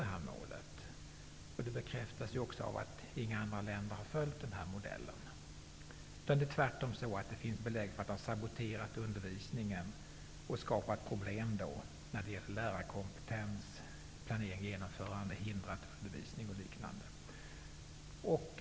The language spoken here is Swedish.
Detta bekräftas också av att inga andra länder har följt denna modell. Det finns tvärtom belägg för att den har saboterat undervisningen och skapat problem när det gäller lärarkompetens, planering och genomförande samt hindrat annan undervisning och liknande.